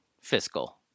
fiscal